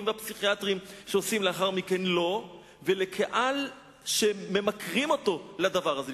והפסיכיאטריים שעושים לאחר מכן לו ולקהל שממכרים אותו לדבר הזה.